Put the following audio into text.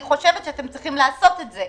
היא חושבת שאתם צריכים לעשות את זה.